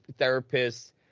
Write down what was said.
therapists